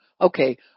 Okay